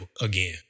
again